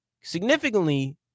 significantly